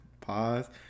pause